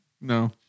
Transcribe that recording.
No